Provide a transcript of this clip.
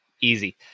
Easy